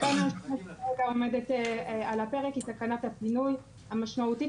התקנה שכרגע עומדת על הפרק היא תקנת הפינוי המשמעותית,